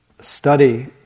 study